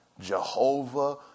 Jehovah